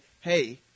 hey